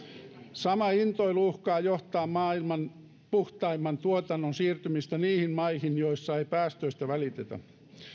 sama intoilu uhkaa johtaa maailman puhtaimman tuotannon siirtymiseen niihin maihin joissa ei päästöistä välitetä